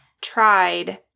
tried